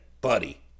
buddy